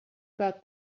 about